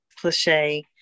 cliche